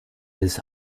its